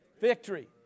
victory